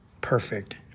perfect